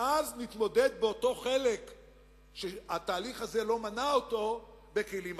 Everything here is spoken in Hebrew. ואז נתמודד באותו חלק שהתהליך הזה לא מנע אותו בכלים אחרים.